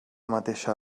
mateixa